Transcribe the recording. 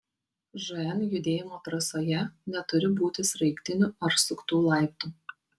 žn judėjimo trasoje neturi būti sraigtinių ar suktų laiptų